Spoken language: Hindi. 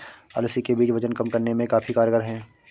अलसी के बीज वजन कम करने में काफी कारगर है